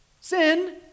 Sin